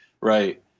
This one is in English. right